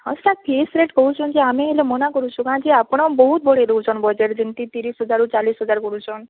ହଁ sir fix rate କହୁଛନ୍ତି ଆମେ ହେଲେ ମନା କରୁଛୁ କାଣାକି ଆପଣ ବହୁତ ବଢ଼େଇଦଉଛନ୍ ବଜେଟ ଯେମିତି ତିରିଶ ହଜାରରୁ ଚାଳିଶ ହଜାର କରୁଛନ୍